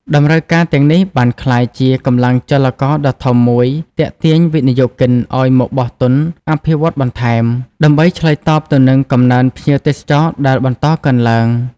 តម្រូវការទាំងនេះបានក្លាយជាកម្លាំងចលករដ៏ធំមួយទាក់ទាញវិនិយោគិនឲ្យមកបោះទុនអភិវឌ្ឍន៍បន្ថែម ដើម្បីឆ្លើយតបទៅនឹងកំណើនភ្ញៀវទេសចរដែលបន្តកើនឡើង។